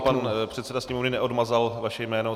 Pan předseda Sněmovny neodmazal vaše jméno.